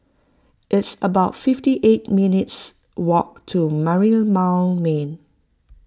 it's about fifty eight minutes walk to Merlimau Lane